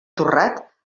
torrat